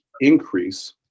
increase